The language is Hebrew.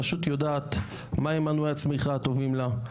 רשות יודעת מה הם מנועי הצמיחה הטובים לה,